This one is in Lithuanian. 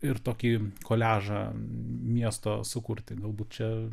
ir tokį koliažą miesto sukurti galbūt čia